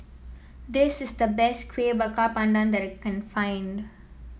this is the best Kueh Bakar Pandan that can find